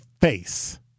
face